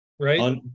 Right